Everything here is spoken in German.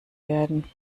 werden